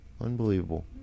Unbelievable